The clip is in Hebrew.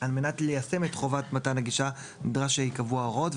על מנת ליישם את חובת מתן הגישה נדרש שייקבעו ההוראות,